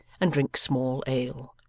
and drink small ale,